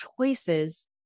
choices